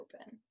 open